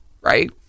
right